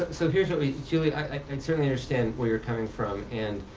so here's what we julie, i can certainly understand where you're coming from and